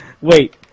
Wait